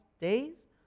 days